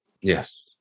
Yes